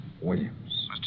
Williams